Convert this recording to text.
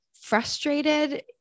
frustrated